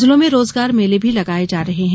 जिलों में रोजगार मेले भी लगाए जा रहे हैं